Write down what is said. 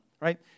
right